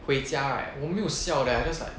回家 right 我没有笑的 leh I'm just like